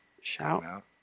shout